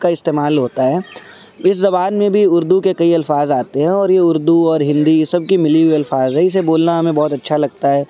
کا استعمال ہوتا ہے اس زبان میں بھی اردو کے کئی الفاظ آتے ہیں اور یہ اردو اور ہندی سب کی ملی ہوئی الفاظ ہے اسے بولنا ہمیں بہت اچھا لگتا ہے